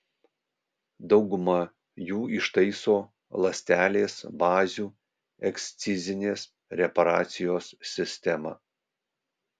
daugumą jų ištaiso ląstelės bazių ekscizinės reparacijos sistema